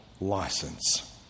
license